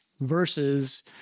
Versus